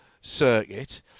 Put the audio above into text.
circuit